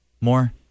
More